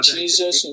Jesus